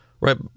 Right